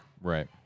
Right